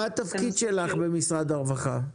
מה התפקיד שלך במשרד הרווחה?